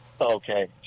Okay